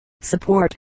support